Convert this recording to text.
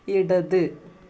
ഇടത്